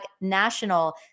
National